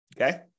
Okay